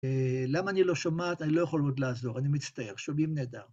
למה אני לא שומעת? אני לא יכול עוד לעזור, אני מצטער, שומעים נהדר.